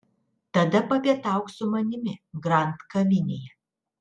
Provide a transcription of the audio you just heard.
tada papietauk su manimi grand kavinėje